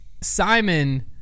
simon